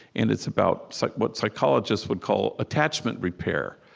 and it's about so what psychologists would call attachment repair,